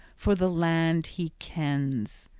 for the land he kens.